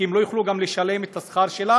כי הם לא יוכלו לשלם את שכר הדירה.